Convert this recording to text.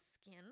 skin